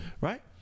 right